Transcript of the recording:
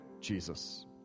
Jesus